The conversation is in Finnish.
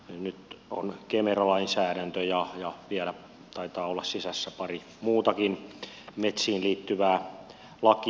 nyt on kemera lainsäädäntö ja vielä taitaa olla sisässä pari muutakin metsiin liittyvää lakia